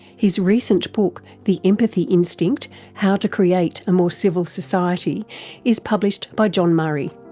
his recent book the empathy instinct how to create a more civil society is published by john murray.